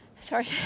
Sorry